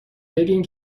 بگین